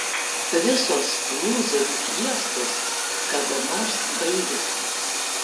visos lūzerių fiestos kada nors baigiasi